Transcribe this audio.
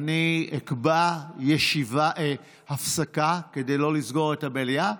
אני אקבע הפסקה, כדי לא לסגור את המליאה.